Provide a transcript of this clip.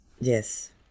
Yes